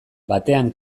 batean